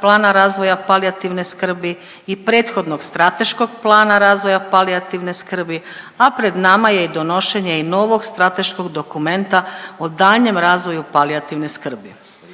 plana razvoja palijativne skrbi i prethodnog Strateškog plana razvoja palijativne skrbi, a pred nama i donošenje i novog Strateškog dokumenta o daljnjem razvoju palijativne skrbi.